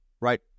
right